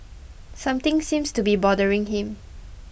something seems to be bothering him